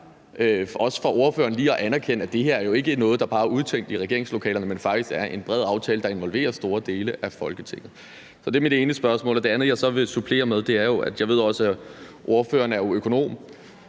også for ordføreren lige at anerkende, at det her jo ikke er noget, der bare er udtænkt i regeringslokalerne, men faktisk er en bred aftale, der involverer store dele af Folketinget? Så det er mit ene spørgsmål. Det andet, jeg så vil supplere med, er, at jeg også ved, at ordføreren er økonom.